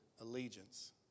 allegiance